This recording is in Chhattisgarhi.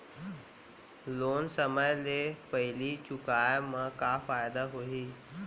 लोन समय ले पहिली चुकाए मा का फायदा होही?